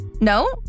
No